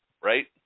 Right